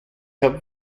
habe